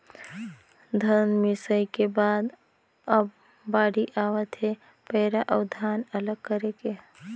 धन मिंसई के बाद अब बाड़ी आवत हे पैरा अउ धान अलग करे के